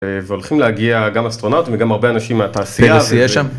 והולכים להגיע גם אסטרונאוטים וגם הרבה אנשים מהתעשייה. פרס יהיה שם?